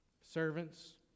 servants